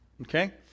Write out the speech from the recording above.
okay